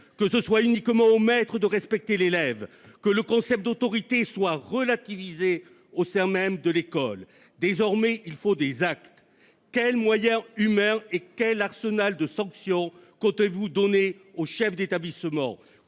que ce soit uniquement au maître de respecter l'élève, que le concept d'autorité soit relativisé au sein même de l'école. Désormais, il faut des actes. Quels moyens humains et quel arsenal de sanctions comptez-vous donner aux chefs d'établissement ?